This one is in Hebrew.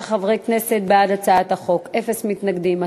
14 חברי כנסת בעד הצעת החוק, אין מתנגדים.